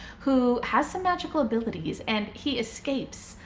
who has some magical abilities, and he escapes.